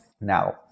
Now